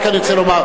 רק אני רוצה לומר,